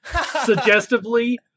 suggestively